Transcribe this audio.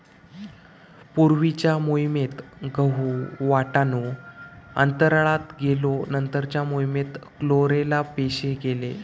पूर्वीच्या मोहिमेत गहु, वाटाणो अंतराळात गेलो नंतरच्या मोहिमेत क्लोरेला पेशी गेले